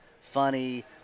funny